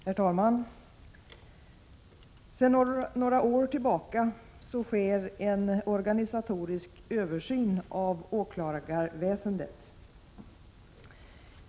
Herr talman! Sedan några år tillbaka sker en organisatorisk översyn av åklagarväsendet.